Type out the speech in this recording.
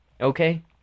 okay